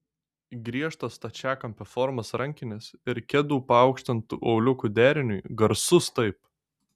griežtos stačiakampio formos rankinės ir kedų paaukštintu auliuku deriniui garsus taip